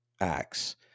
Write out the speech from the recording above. acts